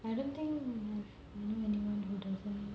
I don't think I have anyone else who does tha